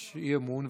יש אי-אמון,